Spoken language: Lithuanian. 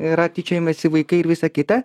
yra tyčiojamasi vaikai ir visa kita